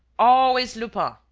always lupin!